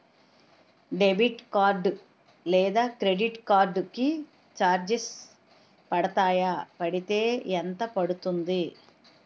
Debit card లేదా credit card కి charges పడతాయా? పడితే ఎంత పడుతుంది?